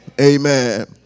Amen